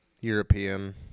European